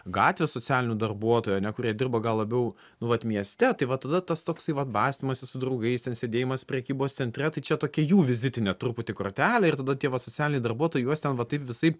gatvės socialinių darbuotojų ane kurie dirba gal labiau nu vat mieste tai va tada tas toks vat bastymasis su draugais sėdėjimas prekybos centre tai čia tokia jų vizitinė truputį kortelė ir tada tie vat socialiniai darbuotojai juos ten va taip visaip